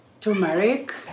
Turmeric